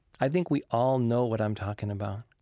i think we all know what i'm talking about.